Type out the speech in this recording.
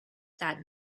that